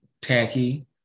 tacky